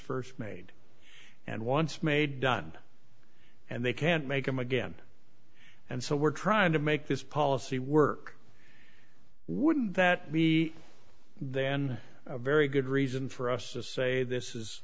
st made and once made done and they can't make them again and so we're trying to make this policy work wouldn't that be then a very good reason for us to say this is